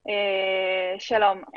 שלום.